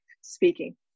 speaking